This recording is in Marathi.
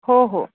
हो हो